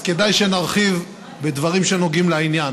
אז כדאי שנרחיב בדברים שנוגעים לעניין.